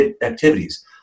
activities